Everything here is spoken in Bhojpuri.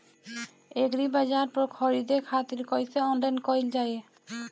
एग्रीबाजार पर खरीदे खातिर कइसे ऑनलाइन कइल जाए?